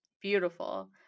beautiful